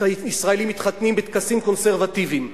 ישראלים מתחתנים בטקסים קונסרבטיביים,